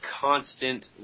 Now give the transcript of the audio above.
constant